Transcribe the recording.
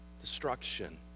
destruction